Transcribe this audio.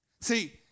See